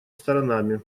сторонами